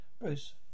Bruce